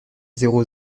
zéro